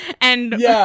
and-